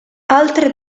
altre